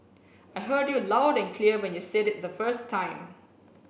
I heard you loud and clear when you said it the first time